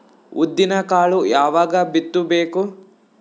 ಉದ್ದಿನಕಾಳು ಯಾವಾಗ ಬಿತ್ತು ಬೇಕು?